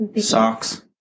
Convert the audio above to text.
Socks